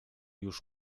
już